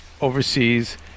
overseas